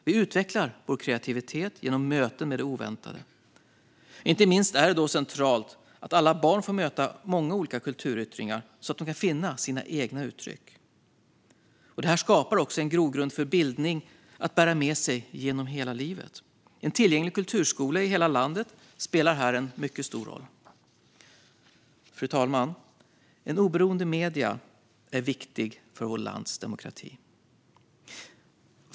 Vi utvecklar vår kreativitet genom möten med det oväntade. Inte minst är det då centralt att alla barn får möta många olika kulturyttringar, så att de kan finna sina egna uttryck. Detta skapar också en grogrund för bildning att bära med sig genom hela livet. En tillgänglig kulturskola i hela landet spelar här en mycket stor roll. Fru talman! Oberoende medier är viktiga för vårt lands demokrati.